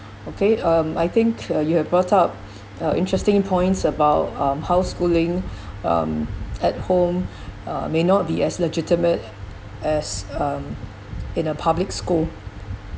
okay um I think uh you have brought up uh interesting points about um how schooling um at home uh may not be as legitimate as um in a public school